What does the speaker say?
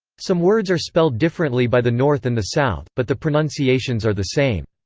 some words are spelled differently by the north and the south, but the pronunciations are the same.